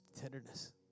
tenderness